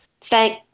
Thank